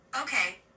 Okay